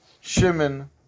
Shimon